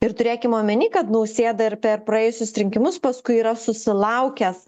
ir turėkim omeny kad nausėda ir per praėjusius rinkimus paskui yra susilaukęs